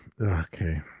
Okay